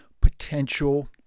potential